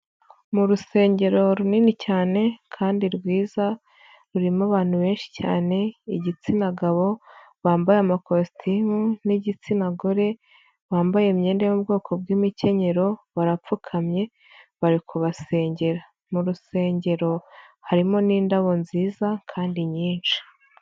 Mu rusengero runini cyane kandi rwiza rurimo abantu benshi cyane igitsina gabo bambaye amakositimu n'igitsina gore bambaye imyenda y'ubwoko bw'imikenyero barapfukamye bari kubasengera, mu rusengero harimo n'indabo nziza kandi nyinshi.